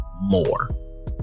more